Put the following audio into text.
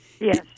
Yes